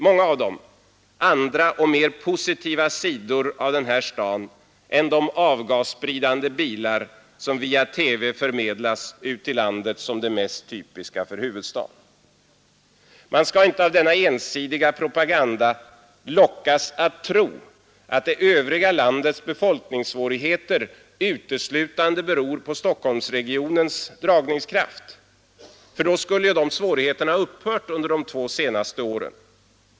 Många av dem ser andra och mer positiva sidor av den här Fredagen den staden än de avgasspridande bilar som via TV förmedlas ut till landet som 15 december 1972 det mest typiska för huvudstaden. Man skall inte av denna ensidiga propaganda lockas att tro att det övriga landets befolkningssvårigheter utslutande beror på Stockholmsregionens dragningskraft, för då skulle dessa svårigheter ha upphört under de två senaste åren.